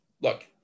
Look